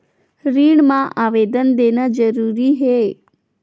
ऋण मा आवेदन देना जरूरी हे?